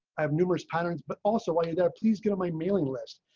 i have numerous patterns but also when you that, please get on my mailing list.